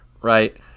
Right